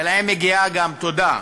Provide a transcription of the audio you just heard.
ולהם מגיעה גם תודה.